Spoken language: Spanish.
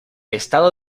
estado